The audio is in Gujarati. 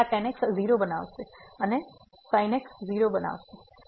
તેથી આ tan x 0 બનાવશે અહીં sin x 0 બનાવશે